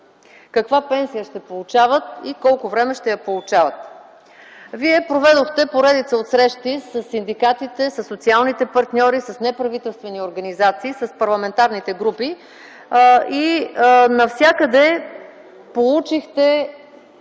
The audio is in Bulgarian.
Каква пенсия ще получават и колко време ще я получават. Вие проведохте поредица от срещи със синдикатите, със социалните партньори, с неправителствени организации, с парламентарните групи и навсякъде получихте